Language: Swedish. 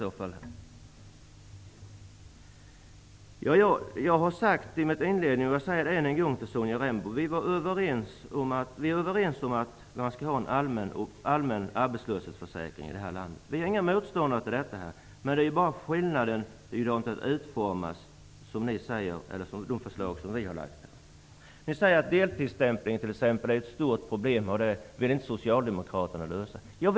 Jag sade i mitt inledande anförande, och jag säger det än en gång till Sonja Rembo: Vi var överens om att vi i detta land skall ha en allmän arbetslöshetsförsäkring. Vi socialdemokrater är inte några motståndare till detta. Skillnaden finns i de förslag till utformning som har lagts fram. Ni säger: Deltidsstämpling är ett stort problem, och det vill Socialdemokraterna inte lösa.